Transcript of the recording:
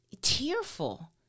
tearful